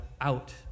out